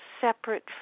separate